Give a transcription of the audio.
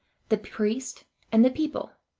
the priest and the people.